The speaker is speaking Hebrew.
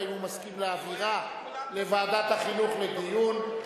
ואם הוא מסכים להעבירה לוועדת החינוך לדיון.